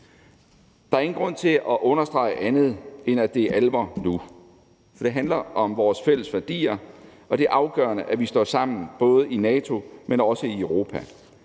Der er ingen grund til at understrege andet, end at det er alvor nu, for det handler om vores fælles værdier, og det er afgørende, at vi står sammen både i NATO, men også i Europa.